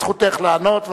זכותך לענות.